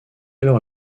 alors